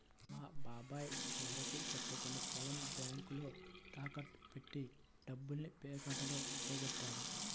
మా బాబాయ్ ఎవరికీ చెప్పకుండా పొలం బ్యేంకులో తాకట్టు బెట్టి డబ్బుల్ని పేకాటలో పోగొట్టాడు